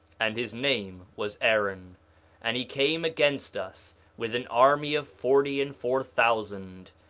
and his name was aaron and he came against us with an army of forty and four thousand.